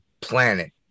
planet